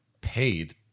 paid